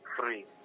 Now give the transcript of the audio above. free